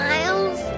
Miles